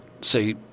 say